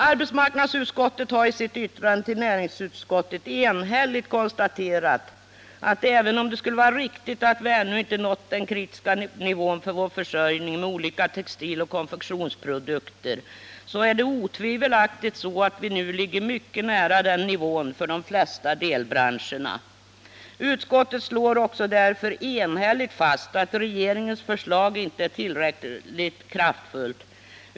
Arbetsmarknadsutskottet har i sitt yttrande till näringsutskottet enhälligt konstaterat att även om det skulle vara riktigt att vi ännu inte nått den kritiska nivån för vår försörjning med olika textiloch konfektionsprodukter, är det otvivelaktigt så, att vi nu ligger mycket nära den nivån för de flesta delbranscherna. Utskottet slår därför enhälligt fast att regeringens förslag inte är tillräckligt kraftfullt.